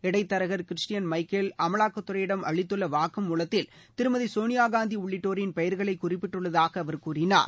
இடைத்தரகர் Christian Michael அமலாக்கத்துறையிடம் அளித்துள்ள வாக்குமூலத்தில் திருமதி சோனியா காந்தி உள்ளிட்டோரின் பெயர்களை குறிப்பிட்டுள்ளதாக அவர் கூறினார்